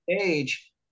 age